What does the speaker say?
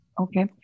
okay